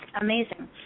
amazing